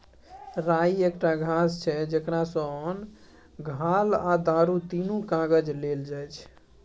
राइ एकटा घास छै जकरा सँ ओन, घाल आ दारु तीनु काज लेल जाइ छै